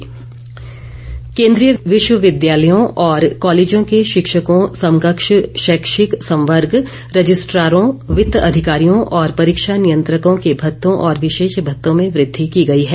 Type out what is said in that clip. शिक्षक भत्ते केन्द्रीय विश्वविद्यालयों और कॉलेजों के शिक्षकों समकक्ष शैक्षिक संवर्ग रजिस्ट्रारों वित्त अधिकारियों और परीक्षा नियंत्रकों के भत्तों और विशेष भत्तों में वृद्धि की गई है